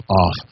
off